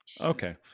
Okay